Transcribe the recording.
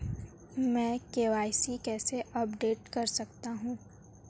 मैं के.वाई.सी कैसे अपडेट कर सकता हूं?